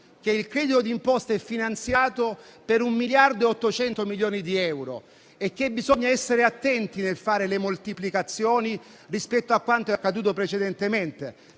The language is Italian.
che il credito d'imposta è finanziato per un miliardo e 800 milioni di euro e che bisogna essere attenti nel fare le moltiplicazioni rispetto a quanto è accaduto precedentemente